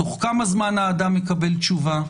תוך כמה זמן האדם מקבל תשובה,